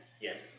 Yes